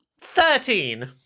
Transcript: Thirteen